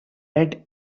red